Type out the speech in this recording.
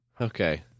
Okay